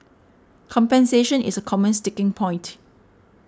compensation is a common sticking point